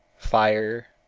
fire,